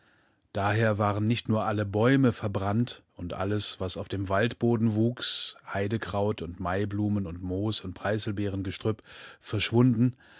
daher waren nicht nur alle bäume verbrannt und alles was auf dem waldboden wuchs heidekraut und maiblumen und moos und preißelbeerengestrüpp verschwunden